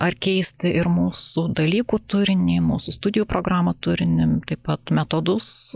ar keisti ir mūsų dalykų turinį mūsų studijų programų turinį taip pat metodus